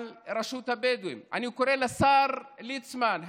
ואני קורא לשר ליצמן,